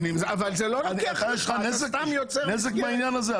יש לך נזק מהעניין הזה?